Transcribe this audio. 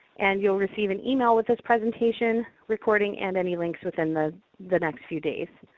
and you'll receive an email with this presentation, recording, and any links within the the next few days.